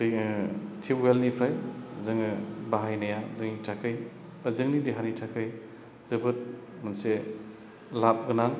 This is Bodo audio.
टिउबवेलनिफ्राय जोङो बाहायनाया जोंनि थाखाय एबा जोंनि देहानि थाखाय जोबोद मोनसे लाब गोनां